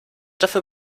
dafür